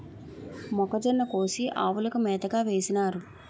మొక్కజొన్న కోసి ఆవులకు మేతగా వేసినారు